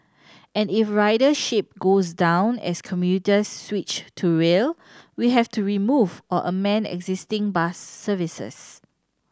and if ridership goes down as commuters switch to rail we have to remove or amend existing bus services